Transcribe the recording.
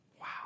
Wow